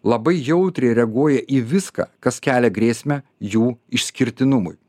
labai jautriai reaguoja į viską kas kelia grėsmę jų išskirtinumui